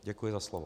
Děkuji za slovo.